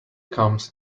comes